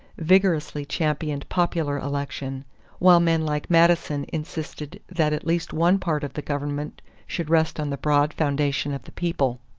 vigorously championed popular election while men like madison insisted that at least one part of the government should rest on the broad foundation of the people.